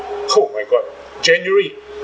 oh my god january